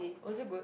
was it good